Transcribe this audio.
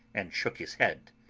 and shook his head.